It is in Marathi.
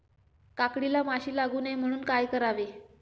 काकडीला माशी लागू नये म्हणून काय करावे?